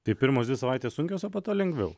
tai pirmos dvi savaitės sunkios o po to lengviau